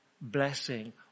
blessing